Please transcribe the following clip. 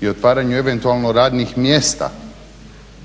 i otvaranju eventualno radnih mjesta